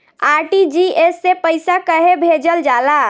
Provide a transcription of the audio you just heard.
RTGS से पइसा कहे भेजल जाला?